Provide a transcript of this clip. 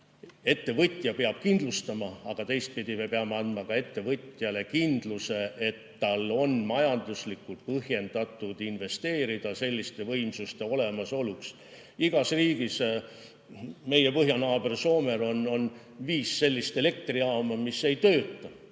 ettevõtja peab kindlustama [tootmise], aga teistpidi me peame andma ka ettevõtjale kindluse, et tal on majanduslikult põhjendatud investeerida selliste võimsuste olemasolu huvides. Meie põhjanaabril Soomel on viis sellist elektrijaama, mis ei tööta.